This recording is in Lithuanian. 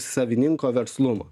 savininko verslumo